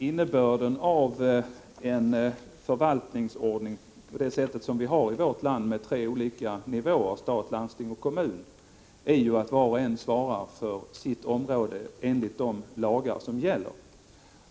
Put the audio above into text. Herr talman! Innebörden av en sådan förvaltningsordning med tre olika nivåer — stat, landsting och kommun — som vi har i vårt land är att var och en svarar för sitt område enligt de lagar som gäller.